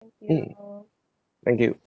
mm thank you